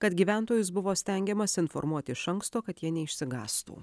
kad gyventojus buvo stengiamasi informuoti iš anksto kad jie neišsigąstų